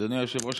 אדוני היושב-ראש,